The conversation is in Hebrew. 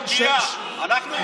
אנחנו רוצים פרקליטות נקייה.